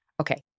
Okay